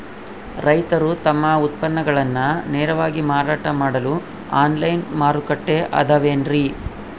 ರೈತರು ತಮ್ಮ ಉತ್ಪನ್ನಗಳನ್ನ ನೇರವಾಗಿ ಮಾರಾಟ ಮಾಡಲು ಆನ್ಲೈನ್ ಮಾರುಕಟ್ಟೆ ಅದವೇನ್ರಿ?